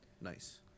nice